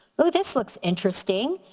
oh this looks interesting.